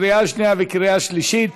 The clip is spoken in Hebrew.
קריאה שנייה וקריאה שלישית.